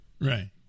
right